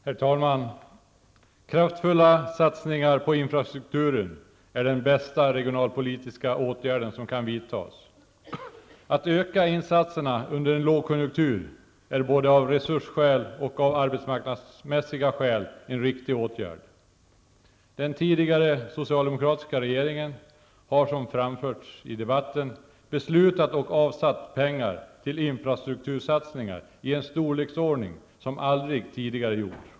Herr talman! Kraftfulla satsningar på infrastrukturen är den bästa regionalpolitiska åtgärd som kan vidtas. Att öka insatserna under en lågkonjunktur är både av resursskäl och av arbetsmarknadsmässiga skäl en riktig åtgärd. Den tidigare socialdemokratiska regeringen har, som framförts i debatten, beslutat om och avsatt pengar till infrastruktursatsningar i en storleksordning som aldrig tidigare skådats.